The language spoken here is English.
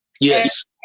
Yes